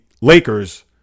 Lakers